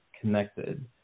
connected